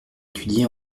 étudié